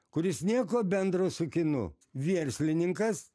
kuris nieko bendro su kinu vierslininkas